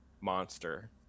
monster